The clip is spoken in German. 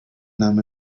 nahm